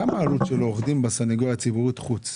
כמה העלות של עורך דין בסנגוריה הציבורית מהחוץ?